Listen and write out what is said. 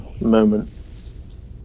moment